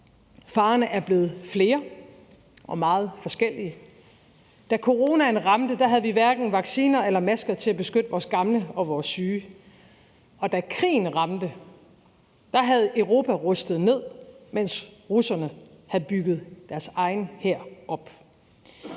Farerne er blevet flere og meget forskellige. Da coronaen ramte, havde vi hverken vacciner eller masker til at beskytte vores gamle og vores syge, og da krigen ramte, havde Europa rustet ned, mens russerne havde bygget deres egen hær op.